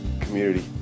community